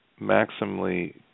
maximally